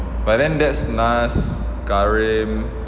but then that's nas karim